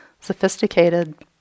sophisticated